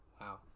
Wow